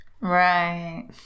right